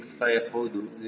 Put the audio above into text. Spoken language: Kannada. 465 ಹೌದು 0